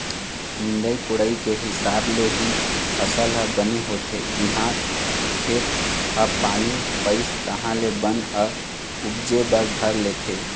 निंदई कोड़ई के हिसाब ले ही फसल ह बने होथे, जिहाँ खेत ह पानी पइस तहाँ ले बन ह उपजे बर धर लेथे